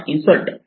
insert h